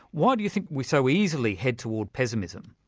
why do you think we so easily head towards pessimism?